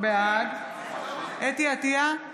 בעד חוה אתי עטייה,